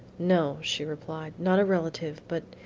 no, she replied, not a relative, but,